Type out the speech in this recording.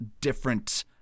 different